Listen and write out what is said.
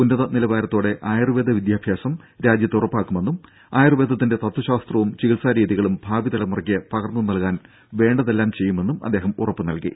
ഉന്നത നിലവാരത്തോടെ ആയുർവേദ വിദ്യാഭ്യാസം രാജ്യത്ത് ഉറപ്പാക്കുമെന്നും ആയുർവേദത്തിന്റെ തത്വശാസ്ത്രവും ചികിത്സ രീതികളും ഭാവി തലമുറക്ക് പകർന്നു നൽകുന്നതിന് വേണ്ടതെല്ലാം ചെയ്യുമെന്നും അദ്ദേഹം ഉറപ്പു നൽകി